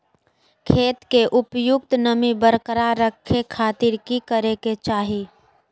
खेत में उपयुक्त नमी बरकरार रखे खातिर की करे के चाही?